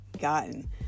gotten